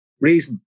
reason